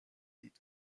did